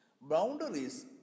Boundaries